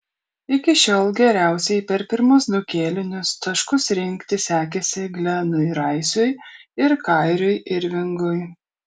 iki šiol geriausiai per pirmus du kėlinius taškus rinkti sekėsi glenui raisui ir kairiui irvingui